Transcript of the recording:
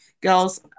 Girls